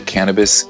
Cannabis